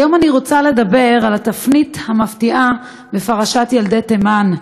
היום אני רוצה לדבר על התפנית המפתיעה בפרשת ילדי תימן,